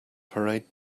parade